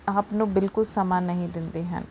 ਆਪ ਨੂੰ ਬਿਲਕੁਲ ਸਮਾਂ ਨਹੀਂ ਦਿੰਦੇ ਹਨ